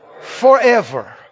forever